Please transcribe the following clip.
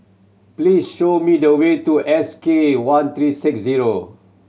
please show me the way to S K one three six zero